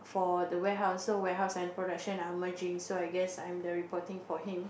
for the warehouse so warehouse and production are merging so I guess I'm the reporting for him